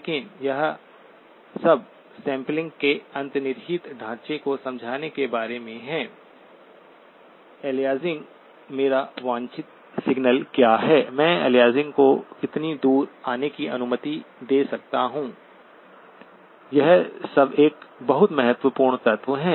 लेकिन यह सब सैंपलिंग के अंतर्निहित ढांचे को समझने के बारे में है एलियासिंग मेरा वांछित सिग्नलक्या है मैं एलियासिंग को कितनी दूर आने की अनुमति दे सकता हूं यह सब एक बहुत महत्वपूर्ण तत्व है